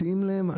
מציעים להן.